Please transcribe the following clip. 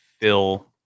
fill